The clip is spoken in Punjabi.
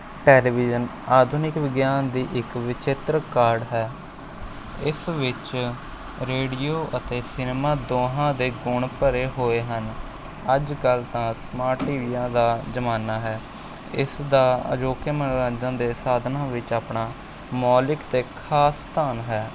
ਟੈਲੀਵਿਜ਼ਨ ਆਧੁਨਿਕ ਵਿਗਿਆਨ ਦੀ ਇੱਕ ਵਚਿੱਤਰ ਕਾਢ ਹੈ ਇਸ ਵਿੱਚ ਰੇਡੀਉ ਅਤੇ ਸਿਨੇਮਾ ਦੋਹਾਂ ਦੇ ਗੁਣ ਭਰੇ ਹੋਏ ਹਨ ਅੱਜਕੱਲ੍ਹ ਤਾਂ ਸਮਾਰਟ ਟੀ ਵੀਆਂ ਦਾ ਜ਼ਮਾਨਾ ਹੈ ਇਸ ਦਾ ਅਜੌਕੇ ਮਨੋਰੰਜਨ ਦੇ ਸਾਧਨਾਂ ਵਿੱਚ ਆਪਣਾ ਮੌਲਿਕ ਅਤੇ ਖ਼ਾਸ ਸਥਾਨ ਹੈ